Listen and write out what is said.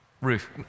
Ruth